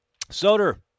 Soder